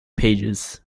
pages